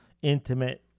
intimate